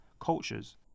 cultures